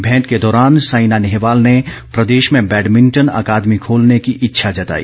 भेंट के दौरान साइना नेहवाल ने प्रदेश में बैडमिंटन अकादमी खोलने की इच्छा जताई